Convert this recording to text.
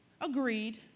agreed